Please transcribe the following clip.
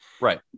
Right